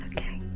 Okay